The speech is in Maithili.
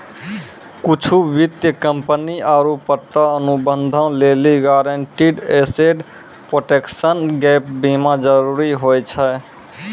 कुछु वित्तीय कंपनी आरु पट्टा अनुबंधो लेली गारंटीड एसेट प्रोटेक्शन गैप बीमा जरुरी होय छै